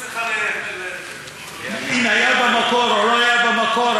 אם היה במקור או לא היה במקור,